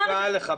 טיפה לכבד.